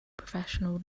professional